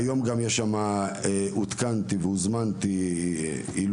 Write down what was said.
גם עודכנתי והוזמנתי לאירוע שמתקיים שם היום,